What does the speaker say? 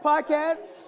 podcast